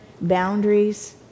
boundaries